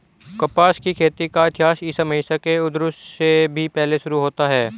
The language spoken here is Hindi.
कपास की खेती का इतिहास ईसा मसीह के उद्भव से भी पहले शुरू होता है